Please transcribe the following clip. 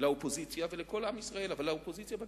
לאופוזיציה ולכל עם ישראל, אבל לאופוזיציה בכנסת.